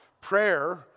prayer